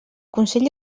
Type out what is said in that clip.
consell